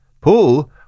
Paul